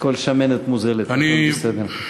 הכול שמנת מוזלת, הכול בסדר.